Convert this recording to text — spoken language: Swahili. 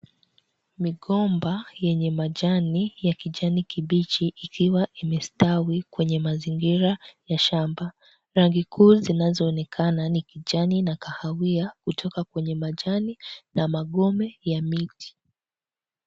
Migomba yenye majani ya kijani kibichi ikiwa imestawi kwenye mazingira ya shamba. Rangi kuu zinazoonekana ni kijani na kahawia kutoka kwenye majani na magome ya miti.